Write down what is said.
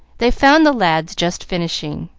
they found the lads just finishing,